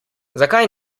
zakaj